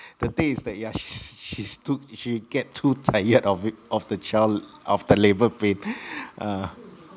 the thing is that yeah she's she's too she get too tired of it of the child of the labour pain ah